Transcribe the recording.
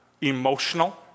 emotional